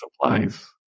supplies